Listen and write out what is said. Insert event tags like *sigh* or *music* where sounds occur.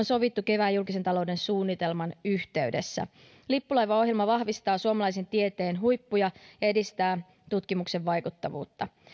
*unintelligible* sovittu kevään julkisen talouden suunnitelman yhteydessä lippulaivaohjelma vahvistaa suomalaisen tieteen huippuja ja edistää tutkimuksen vaikuttavuutta